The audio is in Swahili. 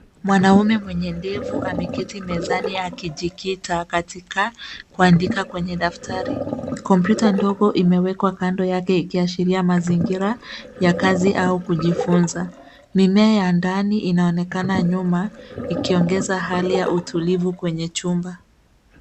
Mwanamume mwenye ndevu ameketi mezani akijikita katika kuandika kwenye daftari. Kompyuta ndogo imewekwa kando yake ikiashiria mazingira ya kazi au kujifunza. Mimea ya ndani inaonekana nyuma ikiongeza hali ya utulivu kwenye chumba.